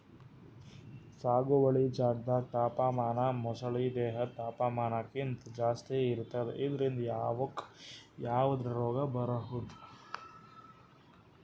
ಸಾಗುವಳಿ ಜಾಗ್ದಾಗ್ ತಾಪಮಾನ ಮೊಸಳಿ ದೇಹದ್ ತಾಪಮಾನಕ್ಕಿಂತ್ ಜಾಸ್ತಿ ಇರ್ತದ್ ಇದ್ರಿಂದ್ ಅವುಕ್ಕ್ ಯಾವದ್ರಾ ರೋಗ್ ಬರ್ಬಹುದ್